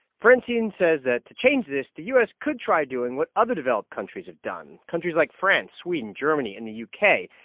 francine says that, to change this, the u s. could try doing what other developed countries have done countries like france, sweden, germany and the u k.